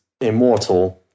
immortal